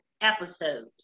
episode